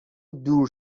دور